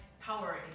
power